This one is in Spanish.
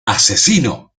asesino